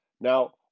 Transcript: Now